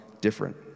different